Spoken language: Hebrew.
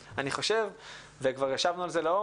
וכבר ישבנו על זה לעומק שאם הוא ידע להתמקד